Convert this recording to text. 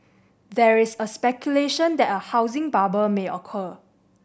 there is speculation that a housing bubble may occur